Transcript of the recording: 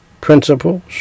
principles